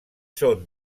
són